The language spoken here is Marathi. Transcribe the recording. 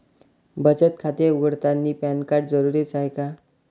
बचत खाते उघडतानी पॅन कार्ड जरुरीच हाय का?